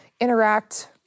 interact